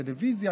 טלוויזיה,